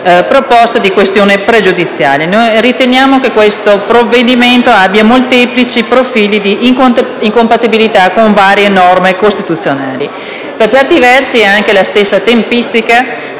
presentare una questione pregiudiziale perché riteniamo che questo provvedimento abbia molteplici profili di incompatibilità con varie norme costituzionali. Per certi versi anche la stessa tempistica